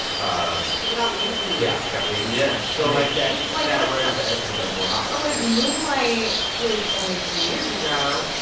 ah people got lazy yeah, got lazy yeah, so, like, that like awareness and has, like, worn off like, moonlight was only three years ago.